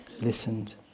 listened